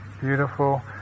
beautiful